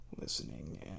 listening